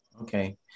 Okay